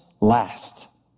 last